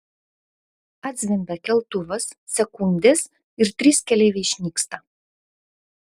atzvimbia keltuvas sekundės ir trys keleiviai išnyksta